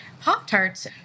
Pop-Tarts